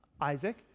Isaac